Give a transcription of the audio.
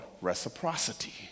reciprocity